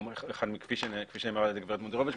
כפי שנאמר על ידי גברת מונדרוביץ',